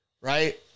right